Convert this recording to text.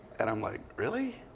and i'm like, really?